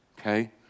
Okay